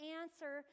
answer